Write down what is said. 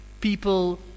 people